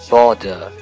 Border